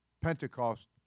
Pentecost